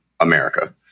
America